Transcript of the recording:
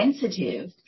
sensitive